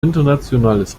internationales